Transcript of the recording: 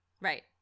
Right